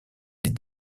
des